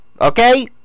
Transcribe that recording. Okay